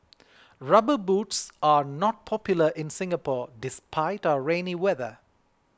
rubber boots are not popular in Singapore despite our rainy weather